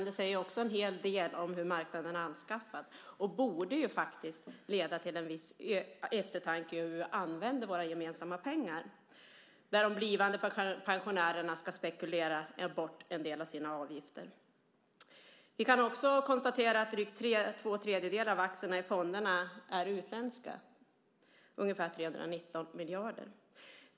Det säger också en hel del om hur marknaden är beskaffad och borde faktiskt leda till viss eftertanke kring hur vi använder våra gemensamma pengar. Där ska ju de blivande pensionärerna spekulera bort en del av sina avgifter. Vi kan också konstatera att två tredjedelar av aktierna i fonderna är utländska, ungefär 319 miljarder.